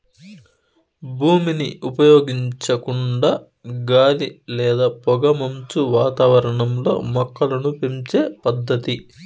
భూమిని ఉపయోగించకుండా గాలి లేదా పొగమంచు వాతావరణంలో మొక్కలను పెంచే పద్దతి